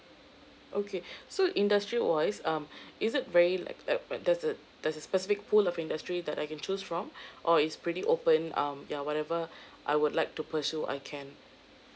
okay so industrial wise um is it very like like there's a there's a specific pool of industry that I can choose from or is pretty open um ya whatever I would like to pursue I can